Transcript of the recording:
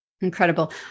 Incredible